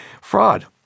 fraud